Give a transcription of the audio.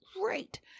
great